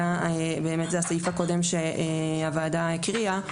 אלא באמת זה הסעיף הקודם שהוועדה הקריאה.